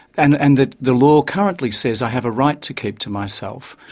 and and that the law currently says i have a right to keep to myself.